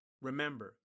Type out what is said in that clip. remember